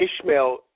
Ishmael